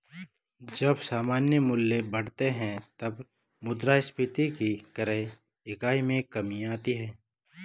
जब सामान्य मूल्य बढ़ते हैं, तब मुद्रास्फीति की क्रय इकाई में कमी आती है